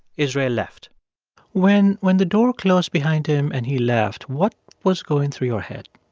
israel left when when the door closed behind him and he left, what was going through your head?